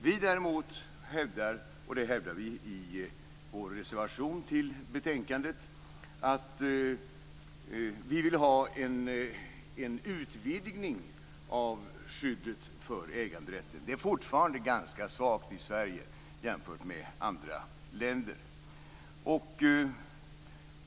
Vi hävdar däremot i vår reservation till betänkandet att vi vill ha en utvidgning av skyddet för äganderätten. Det är fortfarande ganska svagt i Sverige jämfört med i andra länder.